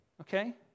okay